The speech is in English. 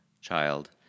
child